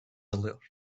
alıyor